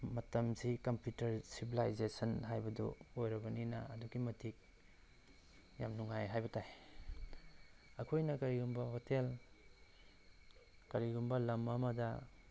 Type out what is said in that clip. ꯃꯇꯝꯁꯤ computer civilisation ꯍꯥꯏꯕꯗꯨ ꯑꯣꯏꯔꯕꯅꯤꯅ ꯑꯗꯨꯛꯀꯤ ꯃꯇꯤꯛ ꯌꯥꯝ ꯅꯨꯡꯉꯥꯏ ꯍꯥꯏꯕ ꯇꯥꯏ ꯑꯩꯈꯣꯏꯅ ꯀꯔꯤꯒꯨꯝꯕ ꯍꯣꯇꯦꯜ ꯀꯔꯤꯒꯨꯝꯕ ꯂꯝ ꯑꯃꯗ